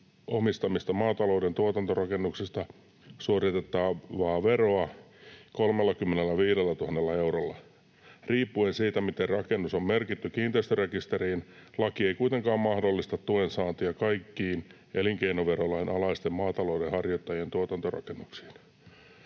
omistamista maatalouden tuotantorakennuksista suoritettavaa veroa 35 000 eurolla. Riippuen siitä, miten rakennus on merkitty kiinteistörekisteriin, laki ei kuitenkaan mahdollista tuen saantia kaikkiin elinkeinoverolain alaisten maatalouden harjoittajien tuotantorakennuksiin.”